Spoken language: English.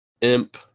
Imp